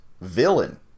villain